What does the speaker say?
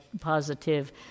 positive